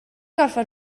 gorfod